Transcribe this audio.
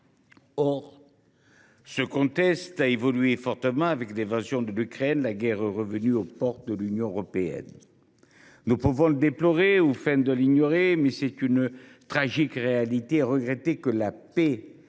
Or ce contexte a fortement évolué : avec l’invasion de l’Ukraine, la guerre est revenue aux portes de l’Union européenne. Nous pouvons le déplorer ou feindre de l’ignorer, mais c’est une tragique réalité. Regretter que la paix